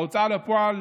ההוצאה לפועל